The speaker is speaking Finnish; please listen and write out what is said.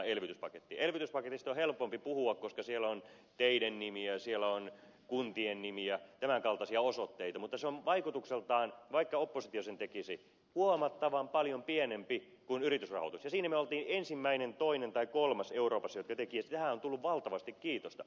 elvytyspaketista on helpompi puhua koska siellä on teiden nimiä ja siellä on kuntien nimiä tämänkaltaisia osoitteita mutta se on vaikutukseltaan vaikka oppositio sen tekisi huomattavan paljon pienempi kuin yritysrahoitus ja siinä me olimme ensimmäinen toinen tai kolmas euroopassa joka teki sen ja tästä on tullut valtavasti kiitosta